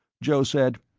joe said,